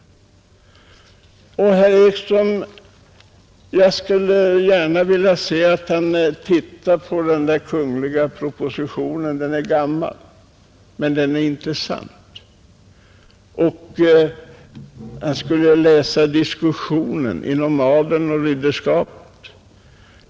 Jag skulle gärna vilja se att herr Ekström tittade på den där kungl. propositionen. Den är gammal men den är intressant. Och han skulle läsa diskussionsprotokollet från adeln och ridderskapet.